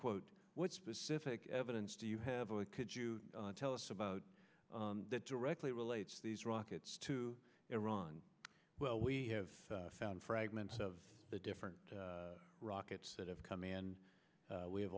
quote what specific evidence do you have a could you tell us about that directly relates these rockets to iran well we have found fragments of the different rockets that have come in and we have